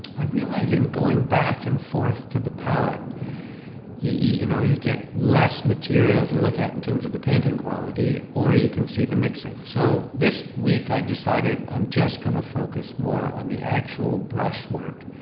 i realize in going back and forth to the palette you know you get less material to look at in terms of the painting quality or you can see the mixing. so this week i decided i'm just going to focus more on the actual brush work